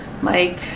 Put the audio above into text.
Mike